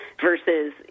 versus